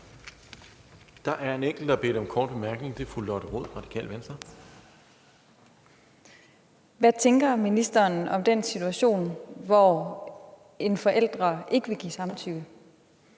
Der er en enkelt, der har bedt om en kort bemærkning. Det er fru Lotte Rod fra Radikale Venstre. Kl. 16:07 Lotte Rod (RV): Hvad tænker ministeren om den situation, hvor en forælder ikke vil give samtykke?